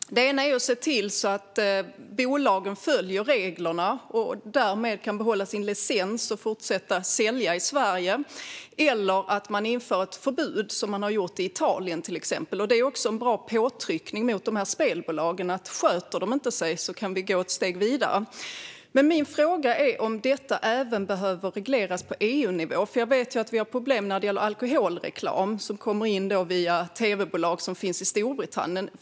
Det ena är att se till att bolagen följer reglerna och därmed kan behålla sin licens och fortsätta att verka i Sverige. Det andra är att man inför ett förbud, vilket man har gjort i till exempel Italien. Det är också ett bra påtryckningsmedel på spelbolagen: Sköter ni er inte kan vi gå ett steg vidare. Kan detta behöva regleras även på EU-nivå? Vi har ju problem med att alkoholreklam kommer in via tv-bolag som finns i Storbritannien.